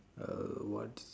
uh what's